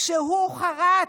כשהוא חרת,